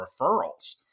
referrals